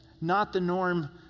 not-the-norm